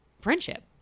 friendship